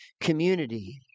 community